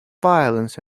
violence